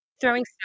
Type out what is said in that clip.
throwing